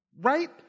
Right